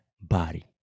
body